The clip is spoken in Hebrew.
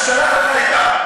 ששלח אותך,